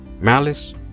malice